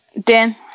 Dan